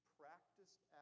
practiced